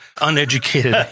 uneducated